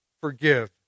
forgive